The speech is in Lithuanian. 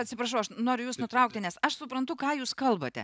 atsiprašau aš noriu jus nutraukti nes aš suprantu ką jūs kalbate